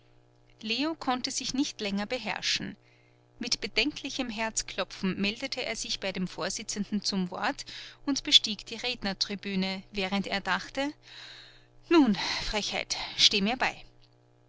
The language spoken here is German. leo konnte sich nicht länger beherrschen mit bedenklichem herzklopfen meldete er sich bei dem vorsitzenden zum wort und bestieg die rednertribüne während er dachte nun frechheit steh mir bei